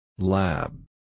Lab